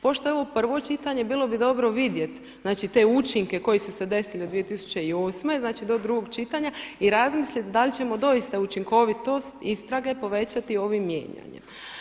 Pošto je ovo prvo čitanje bilo bi dobro vidjet, znači te učinke koji su se desili 2008. znači do drugog čitanja i razmislit da li ćemo doista učinkovitost istrage povećati ovim mijenjanjem.